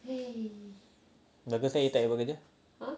bagusnya you tak payah buat kerja